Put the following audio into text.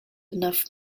enough